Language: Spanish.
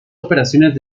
operaciones